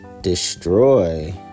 destroy